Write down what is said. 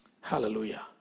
Hallelujah